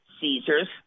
Caesars